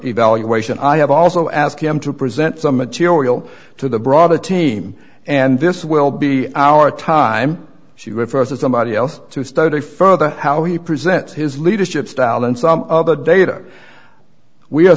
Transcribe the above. evaluation i have also asked him to present some material to the broader team and this will be our time she refers to somebody else to study further how he presents his leadership style and some of the data we